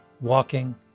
walking